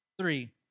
Three